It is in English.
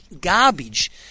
garbage